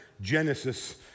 Genesis